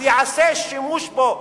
אז ייעשה שימוש בו.